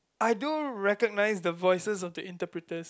I do recognize the voices of the interpreters